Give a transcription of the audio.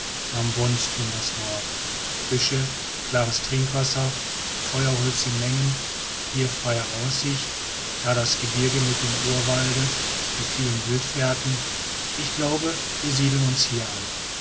nahm wonström das wort fische klares trinkwasser feuerholz in menge hier freie aussicht da das gebirge mit dem urwalde die vielen wildfährten ich glaube wir siedeln uns hier an